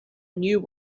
new